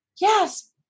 yes